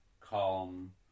calm